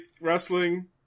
wrestling